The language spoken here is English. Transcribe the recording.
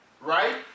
Right